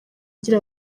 ngira